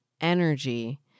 energy